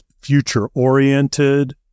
future-oriented